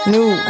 New